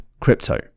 crypto